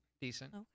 Decent